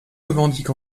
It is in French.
revendiquent